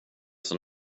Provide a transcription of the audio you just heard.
som